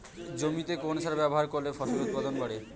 জমিতে কোন সার ব্যবহার করলে ফসলের উৎপাদন বাড়ে?